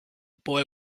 boy